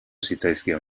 zitzaizkion